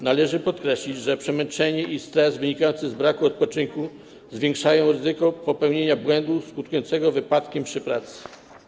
Należy podkreślić, że przemęczenie i stres wynikający z braku odpoczynku zwiększają ryzyko popełnienia błędu skutkującego wypadkiem przy pracy.